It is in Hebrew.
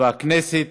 והכנסת